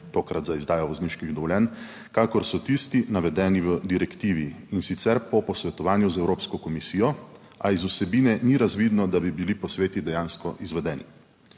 tokrat za izdajo vozniških dovoljenj, kakor so tisti, navedeni v direktivi, in sicer po posvetovanju z Evropsko komisijo, a iz vsebine ni razvidno, da bi bili posveti dejansko izvedeni.